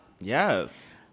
Yes